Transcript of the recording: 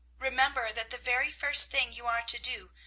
remember that the very first thing you are to do,